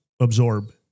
absorb